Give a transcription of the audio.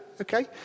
Okay